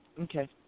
Okay